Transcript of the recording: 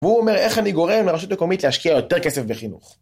והוא אומר, איך אני גורם לראשות מקומית להשקיע יותר כסף בחינוך?